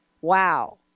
wow